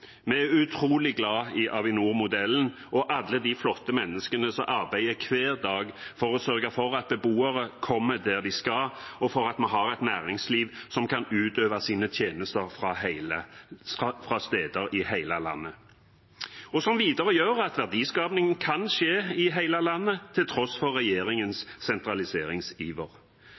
Vi er utrolig glad i Avinor-modellen og alle de flotte menneskene som arbeider hver dag for å sørge for at beboere kommer dit de skal, og for at vi har et næringsliv som kan utøve sine tjenester fra steder i hele landet, som videre gjør at verdiskaping kan skje i hele landet, til tross for regjeringens sentraliseringsiver.